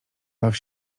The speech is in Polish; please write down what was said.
baw